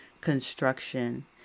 construction